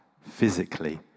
physically